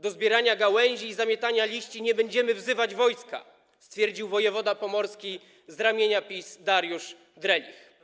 Do zbierania gałęzi i zamiatania liści nie będziemy wzywać wojska - stwierdził wojewoda pomorski z ramienia PiS Dariusz Drelich.